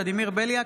ולדימיר בליאק,